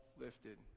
lifted